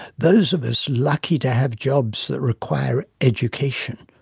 those of us lucky to have jobs that require education,